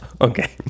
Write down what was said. Okay